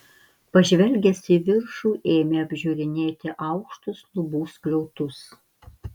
pažvelgęs į viršų ėmė apžiūrinėti aukštus lubų skliautus